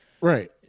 Right